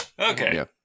Okay